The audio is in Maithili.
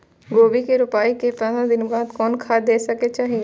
गोभी के रोपाई के पंद्रह दिन बाद कोन खाद दे के चाही?